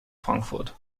frankfurt